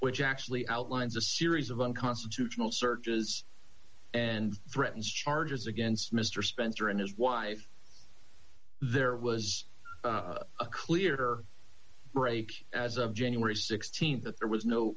which actually outlines a series of unconstitutional searches and threatens charges against mister spencer and his wife there was a clear break as of january th that there was no